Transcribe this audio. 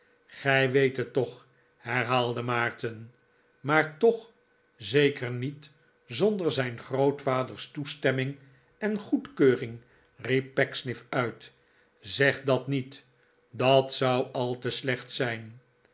gij weet het toch herhaalde maarten maar toch zeker niet zonder zijn grootvaders toestemming en goedkeuring riep pecksniff uit zeg dat niet dat zou al te slecht zijn